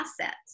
assets